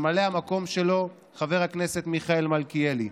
וממלא המקום שלו: חבר הכנסת מיכאל מלכיאלי,